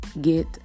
Get